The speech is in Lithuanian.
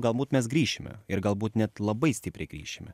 galbūt mes grįšime ir galbūt net labai stipriai grįšime